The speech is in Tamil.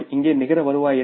இங்கே நிகர வருவாய் என்ன